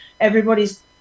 everybody's